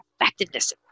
effectiveness